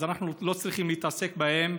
אז אנחנו לא צריכים להתעסק בהם.